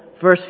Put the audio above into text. verse